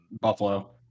Buffalo